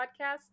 podcast